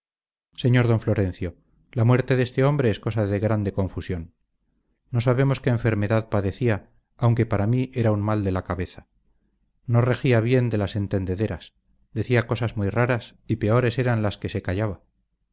sr d florencio la muerte de este hombre es cosa de grande confusión no sabemos qué enfermedad padecía aunque para mí era un mal de la cabeza no regía bien de las entendederas decía cosas muy raras y peores eran las que se callaba